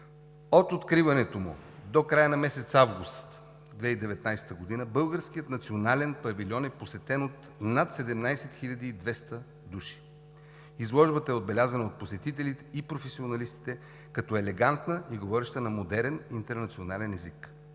От откриването му до края на месец август 2019 г. българският национален павилион е посетен от над 17 200 души. Изложбата е отбелязана от посетителите и професионалистите като елегантна и говореща на модерен интернационален език.